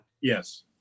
Yes